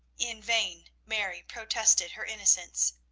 in vain mary protested her innocence.